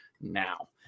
now